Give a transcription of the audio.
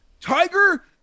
Tiger